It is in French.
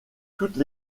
toutes